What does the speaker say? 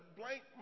blank